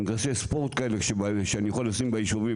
מגרש ספורט שאני יכול לשים ביישובים.